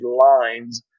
lines